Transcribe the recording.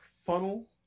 funnel